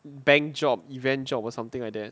bank job event job or something like that